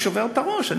אני שובר את הראש,